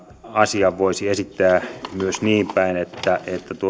asian voisi esittää myös niinpäin että